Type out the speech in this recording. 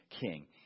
king